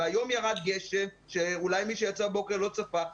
והיום ירד גשם שאולי מי שיצא הבוקר לא צפה אותו,